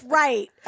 right